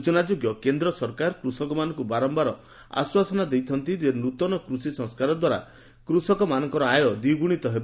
ସୂଚନା ଯୋଗ୍ୟ କେନ୍ଦ୍ର ସରକାର କୃଷକମାନଙ୍କୁ ବାରମ୍ଘାର ଆଶ୍ୱାସନା ଦେଇଛନ୍ତି ଯେ ନୃତନ କୃଷି ସଂସ୍କାର ଦ୍ୱାରା କୃଷକମାନଙ୍କର ଆୟ ଦ୍ୱିଗୁଣିତ ହେବ